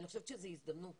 אני חושבת שזאת הזדמנות